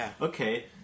Okay